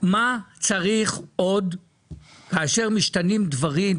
אבל מה צריך עוד כאשר משתנים דברים,